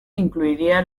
incluiría